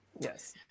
Yes